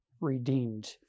redeemed